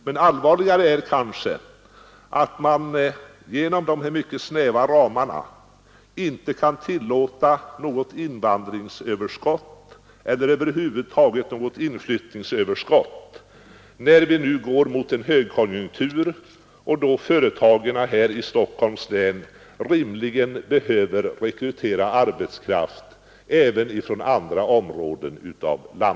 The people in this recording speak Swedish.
Men allvarligare är kanske att man genom dessa mycket snäva ramar inte kan tillåta något invandringsöverskott alls eller över huvud taget något inflyttningsöverskott, när vi nu går mot en högkonjunktur och företagen i Stockholms län rimligtvis behöver rekrytera arbetskraft även utifrån.